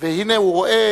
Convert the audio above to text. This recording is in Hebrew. והנה הוא רואה